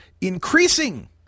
increasing